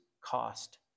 cost